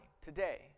today